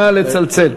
נא לצלצל.